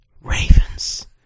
ravens